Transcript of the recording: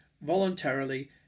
voluntarily